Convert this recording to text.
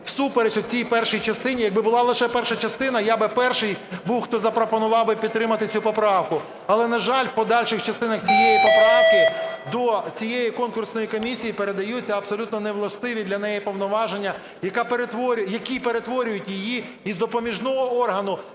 всупереч оцій першій частині… Якби була лише перша частина, я би перший був, хто запропонував би підтримати цю поправку, але, на жаль, в подальших частинах цієї поправки до цієї конкурсної комісії передаються абсолютно не властиві для неї повноваження, які перетворюють її із допоміжного органу,